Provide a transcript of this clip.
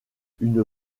une